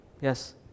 Yes